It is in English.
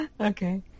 Okay